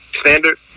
standard